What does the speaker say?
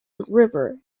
river